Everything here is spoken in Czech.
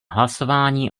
hlasování